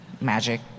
magic